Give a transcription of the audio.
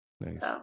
Nice